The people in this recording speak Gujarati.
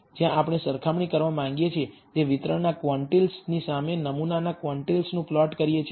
જ્યાં આપણે સરખામણી કરવા માંગીએ છીએ તે વિતરણના ક્વોન્ટિલ્સની સામે નમૂનાના ક્વોન્ટિલ્સનું પ્લોટ કરીએ છીએ